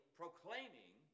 proclaiming